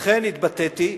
אכן התבטאתי